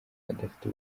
adafite